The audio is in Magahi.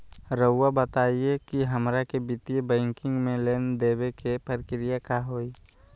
रहुआ बताएं कि हमरा के वित्तीय बैंकिंग में लोन दे बे के प्रक्रिया का होई?